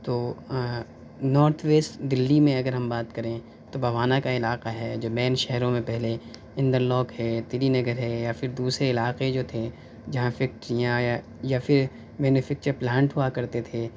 تو north west Delhi میں اگر ہم بات کریں تو بوانا کا علاقہ ہے جو مین شہروں میں پہلے اندر لوک ہے تری نگر ہے یا پھر دوسرے علاقے جو تھے جہاں فیکٹریاں یا یا پھر مینوفیکچر پلانٹ ہوا کرتے تھے